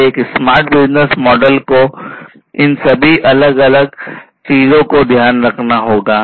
तो एक smart business model को इन सभी अलग अलग चीजों को ध्यान में रखना होगा